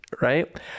Right